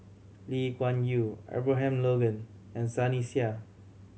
Lee Kuan Yew Abraham Logan and Sunny Sia